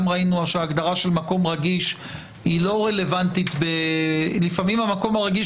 ראינו שהגדרה של "מקום רגיש" היא לא רלוונטית כי לפעמים המקום הרגיש